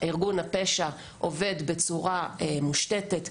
ארגון הפשע עובד בצורה מושתתת.